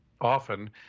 often